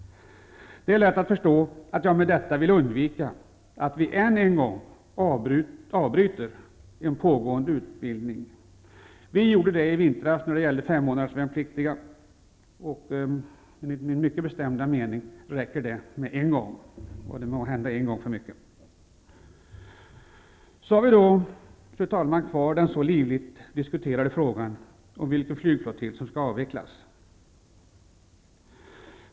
Det är lätt att förstå att jag med detta vill undvika att en pågående utbildning avbryts. Det gjordes en gång i vintras när det gällde 5 månaders-värnpliktiga. Enligt min bestämda mening räcker det med en gång. Det var en gång för mycket. Fru talman! Då har vi kvar den livligt diskuterade frågan om vilken flygflottilj som skall avvecklas.